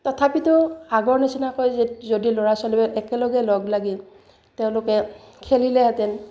তথাপিতো আগৰ নিচিনাকৈ যদি ল'ৰা ছোৱালীবোৰে একেলগে লগ লাগি তেওঁলোকে খেলিলেহেঁতেন